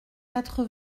quatre